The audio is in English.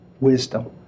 wisdom